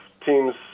teams